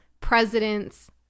presidents